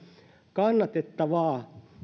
kannatettavaa